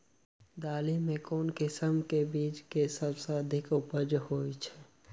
दालि मे केँ किसिम केँ बीज केँ सबसँ अधिक उपज होए छै?